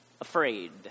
afraid